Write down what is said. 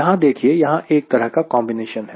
यहां देखिए यह एक तरह का कॉन्बिनेशन है